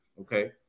okay